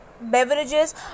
beverages